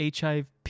HIV